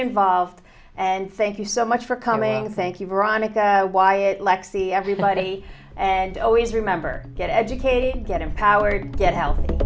involved and thank you so much for coming thank you veronica wyatt lexi everybody and always remember get educated get empowered get healthy